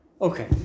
Okay